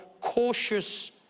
cautious